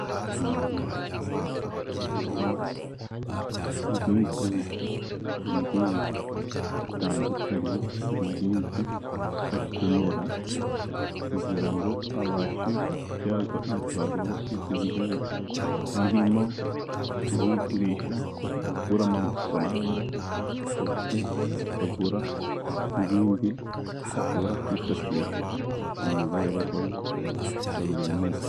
Umurima urimo， uhinzwemo ibihingwa bitandukanye， umuhinzi akenera，kugira ngo abashe kubyaza umusaruro ibyo bihingwa， birimo kubigurisha agakuramo amafaranga， ndetse akagura n'ibindi ashobora kwifashisha， mu mibereho ye ya buri munsi.